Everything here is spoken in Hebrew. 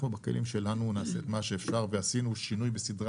אנחנו בכלים שלנו נעשה את מה שאפשר ועשינו שינוי בסדרי